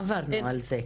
עברנו על זה.